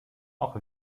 auch